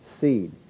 seed